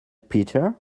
peter